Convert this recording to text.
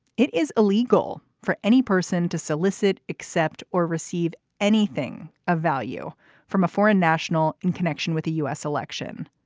it is illegal for any person to solicit accept or receive anything of value from a foreign national in connection with a u s. election